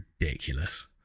ridiculous